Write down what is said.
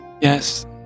yes